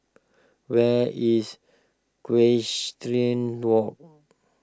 where is Equestrian Walk